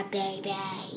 baby